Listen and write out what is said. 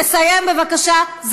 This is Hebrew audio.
לא משפט אחרון, תסיים בבקשה.